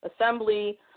assembly